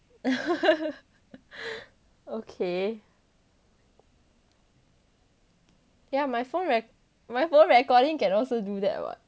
okay ya my phone rec~ my phone recording can also do that [what] maybe